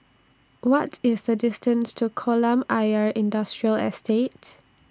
What IS The distance to Kolam Ayer Industrial Estates